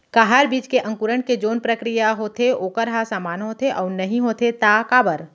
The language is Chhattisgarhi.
का हर बीज के अंकुरण के जोन प्रक्रिया होथे वोकर ह समान होथे, अऊ नहीं होथे ता काबर?